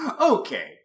Okay